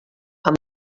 amb